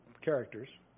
characters